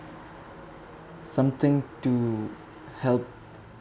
something to help